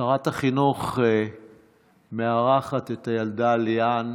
שרת החינוך מארחת את הילדה ליאן,